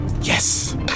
Yes